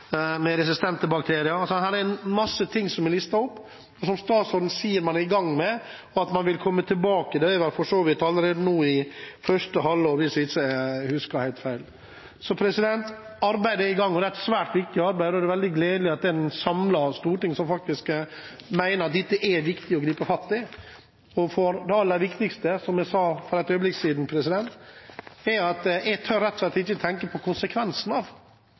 med resistente bakterier. Her er mange ting som er listet opp, som statsråden sier man er i gang med og vil komme tilbake til allerede nå i første halvår, hvis jeg ikke husker helt feil. Så arbeidet er i gang. Det er et svært viktig arbeid, og det er veldig gledelig at det er et samlet storting som mener at dette er viktig å gripe fatt i. Som jeg sa for et øyeblikk siden – jeg tør rett og slett ikke tenke på konsekvensen av